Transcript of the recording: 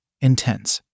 Intense